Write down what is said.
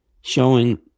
showing